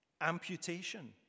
Amputation